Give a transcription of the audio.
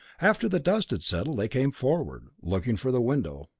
after the dust had settled they came forward, looking for the window.